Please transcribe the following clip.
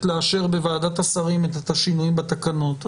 לאשר בוועדת השרים את השינויים בתקנות.